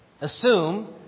assume